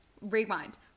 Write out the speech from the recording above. Rewind